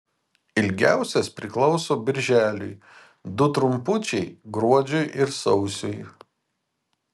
ilgiausias priklauso birželiui du trumpučiai gruodžiui ir sausiui